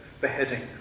beheading